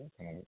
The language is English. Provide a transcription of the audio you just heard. Okay